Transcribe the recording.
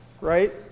right